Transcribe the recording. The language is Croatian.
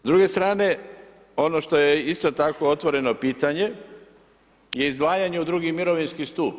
S druge strane ono što je isto tako otvoreno pitanje je izdvajanje u drugi mirovinski stup.